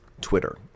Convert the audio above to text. Twitter